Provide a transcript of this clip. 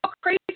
crazy